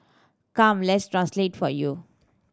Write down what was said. come let's translate it for you